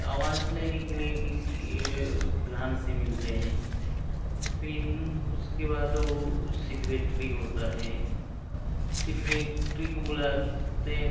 आवास लेने के लिए किसी प्रधान से मिलते हैं फिर उसके बाद वह सिग्रेटरी होता है सिग्रेटरी को बुलाते हैं